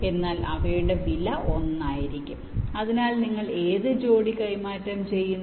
അതിനാൽ അവരുടെ വില ഒന്നായിരിക്കും അതിനാൽ നിങ്ങൾ ഏത് ജോഡി കൈമാറ്റം ചെയ്യുന്നു